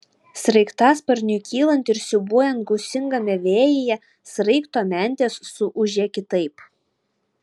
sraigtasparniui kylant ir siūbuojant gūsingame vėjyje sraigto mentės suūžė kitaip